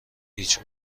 هیچ